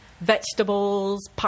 vegetables